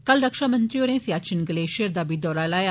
कल रक्षामंत्री होरें सियाचिन ग्लेशियर दा बी दौरा लाया